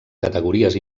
categories